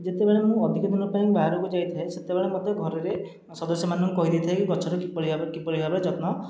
ଯେତେବେଳେ ମୁଁ ଅଧିକ ଦିନ ପାଇଁ ବାହାରକୁ ଯାଇଥାଏ ସେତେବେଳେ ମୋତେ ଘରରେ ସଦସ୍ୟମାନଙ୍କୁ କହିଦେଇଥାଏ କି ଗଛର କିଭଳି ଭାବରେ କିପରି ଭାବରେ ଯତ୍ନ